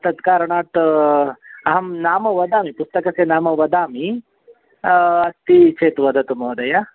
तत्कारणात् अहं नाम वदामि पुस्तकस्य नाम वदामि अस्ति चेत् वदतु महोदय